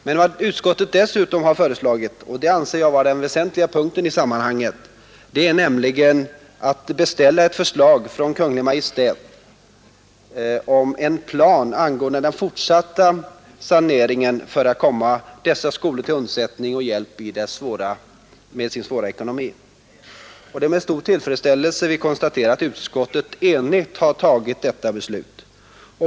Men vad utskottet dessutom har föreslagit — och det anser jag vara den väsentliga punkten i sammanhanget — är att man skall beställa ett förslag från Kungl. Maj:t om en plan angående den fortsatta saneringen för att komma dessa skolor till undsättning och hjälp med deras svåra ekonomi. Det är med stor tillfredsställelse vi konstaterar att utskottet enigt har fattat detta beslut.